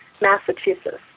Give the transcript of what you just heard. Massachusetts